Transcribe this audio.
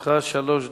לרשותך שלוש דקות.